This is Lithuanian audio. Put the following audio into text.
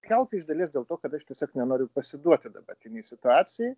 gal tai iš dalies dėl to kad aš tiesiog nenoriu pasiduoti dabartinei situacijai